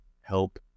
help